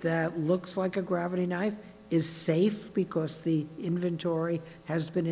that looks like a gravity knife is safe because the inventory has been